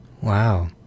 Wow